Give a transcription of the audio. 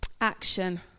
Action